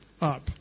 up